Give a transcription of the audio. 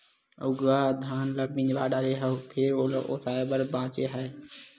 अउ गा धान ल मिजवा डारे हव फेर ओला ओसाय बर बाचे हे